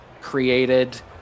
created